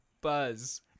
Buzz